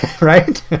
right